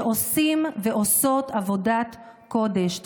שעושים ועושות עבודת קודש.